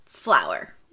Flower